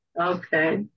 okay